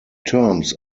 terms